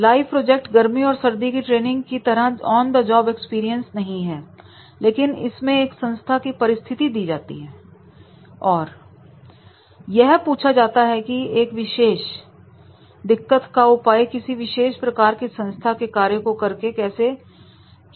live project गर्मी और सर्दी की ट्रेनिंग की तरह ऑन द जॉब एक्सपीरियंस नहीं है लेकिन इसमें एक संस्था की परिस्थिति दी जाती हैं और यह पूछा जाता है कि वह एक विशेष दिक्कत का उपाय किसी विशेष प्रकार के संस्था के कार्य को करके कैसे करेंगे